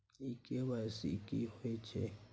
इ के.वाई.सी की होय छै?